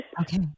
Okay